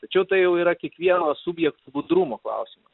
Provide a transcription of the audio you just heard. tačiau tai jau yra kiekvieno subjekto budrumo klausimas